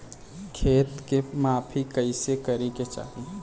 खेत के माफ़ी कईसे करें के चाही?